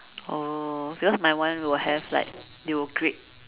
oh because my one will have like they will grade